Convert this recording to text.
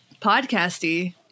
podcasty